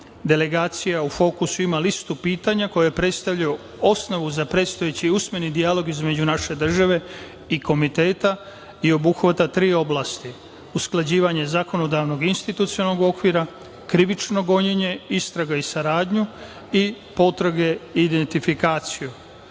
Ženevi. Delegacija u fokusu ima listu pitanja koja predstavljaju osnovu za predstojeći usmeni dijalog između naše države i komiteta i obuhvata tri oblasti, usklađivanje zakonodavnog institucionalnog okvira, krivično gonjenje, istragu i saradnju i potrage identifikacije. Osim